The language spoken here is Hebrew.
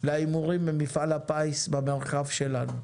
להימורים במפעל הפיס במרחב שלנו.